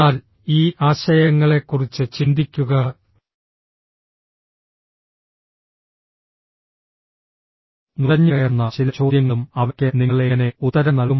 എന്നാൽ ഈ ആശയങ്ങളെക്കുറിച്ച് ചിന്തിക്കുകഃ നുഴഞ്ഞുകയറുന്ന ചില ചോദ്യങ്ങളും അവയ്ക്ക് നിങ്ങൾ എങ്ങനെ ഉത്തരം നൽകും